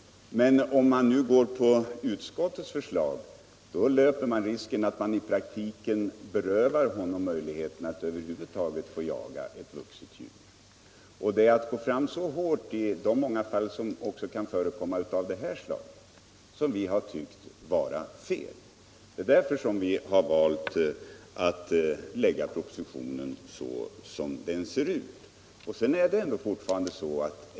Om man nu går på utskottsmajoritetens förslag löper man risken att i praktiken beröva honom möjligheten att över huvud taget få jaga ett vuxet djur. Vi tycker att det är fel att gå så hårt fram i de många fall av det slaget som kan förekomma. Därför har vi valt att lägga propositionen såsom den ser ut.